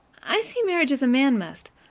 i see marriage as a man must,